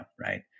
right